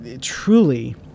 truly